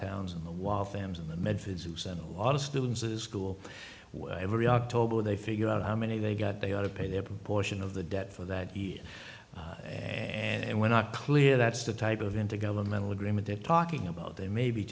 metaphysics and a lot of students a school where every october they figure out how many they got they ought to pay their proportion of the debt for that year and we're not clear that's the type of intergovernmental agreement they're talking about they may be